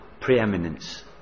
preeminence